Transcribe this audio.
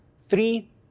three